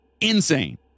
insane